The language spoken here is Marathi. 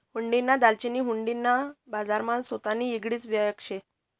हुंडीना दलालनी हुंडी ना बजारमा सोतानी येगळीच वयख शे